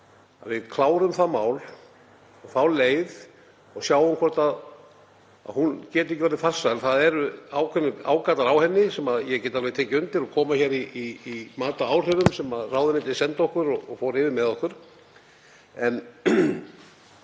við klárum það mál og þá leið og sjáum hvort hún geti ekki orðið farsæl. Það eru ákveðnir ágallar á henni sem ég get alveg tekið undir og koma fram í mati á áhrifum sem ráðuneytið sendi okkur og fór yfir með okkur.